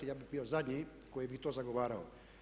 Ja bih bio zadnji koji bi to zagovarao.